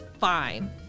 fine